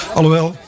Alhoewel